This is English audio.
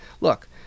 look